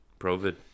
provid